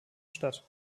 stadt